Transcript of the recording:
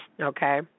okay